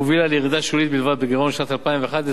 הובילה לירידה שולית בלבד בגירעון בשנת 2011,